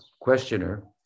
questioner